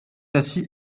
assis